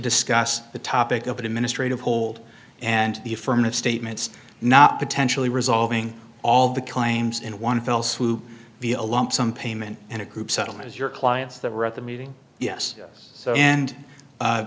discuss the topic of administrative hold and the affirmative statements not potentially resolving all the claims in one fell swoop be a lump sum payment and a group settlement as your clients that were at the meeting yes so and